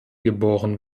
geboren